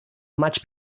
maig